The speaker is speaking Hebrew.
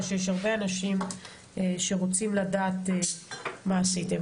שיש הרבה אנשים שרוצים לדעת מה עשיתם.